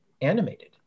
animated